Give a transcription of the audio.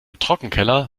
trockenkeller